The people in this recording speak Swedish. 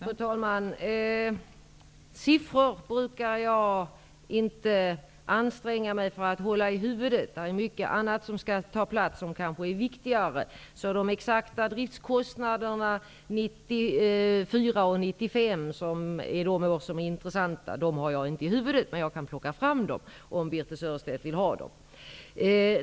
Fru talman! Siffror brukar jag inte anstränga mig med att hålla i huvudet. Där är mycket annat som skall ha plats, som kanske är viktigare. De exakta driftkostnaderna för 1994 och 1995, som är de år som är intressanta, har jag inte i huvudet. Men jag kan plocka fram dem om Birthe Sörestedt vill ha dem.